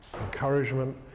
Encouragement